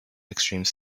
extreme